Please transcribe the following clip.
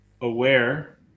aware